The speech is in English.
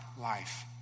life